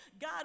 God